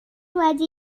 wedi